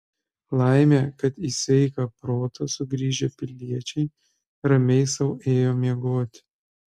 laimė kad į sveiką protą sugrįžę piliečiai ramiai sau ėjo miegoti